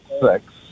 six